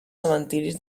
cementiris